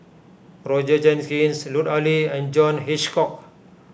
Roger Jenkins Lut Ali and John Hitchcock